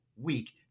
week